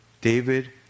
David